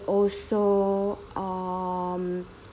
also um